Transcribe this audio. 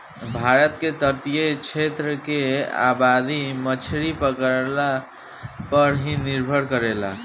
भारत के तटीय क्षेत्र के आबादी मछरी पकड़ला पर ही निर्भर करेला